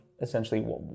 essentially